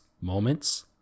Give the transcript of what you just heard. moments